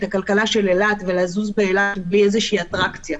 הכלכלה של אילת ולזוז באילת בלי איזה אטרקציה.